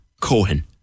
Cohen